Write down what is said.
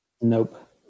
Nope